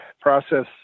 process